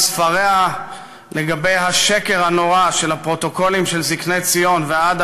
וספריה לגבי השקר הנורא של "הפרוטוקולים של זקני ציון" ועד